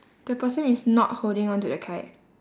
the person is not holding on to the kite